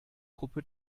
gruppe